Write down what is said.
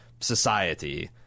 society